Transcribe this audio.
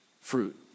fruit